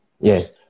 Yes